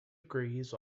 agrees